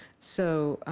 so,